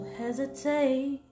hesitate